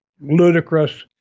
ludicrous